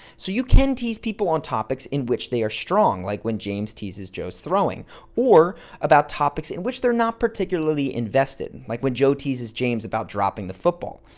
so you can tease people on topics in which they are strong like when james teases joe's throwing or about topics in which they're not particularly invested like when joe teases james about dropping the football.